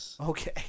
Okay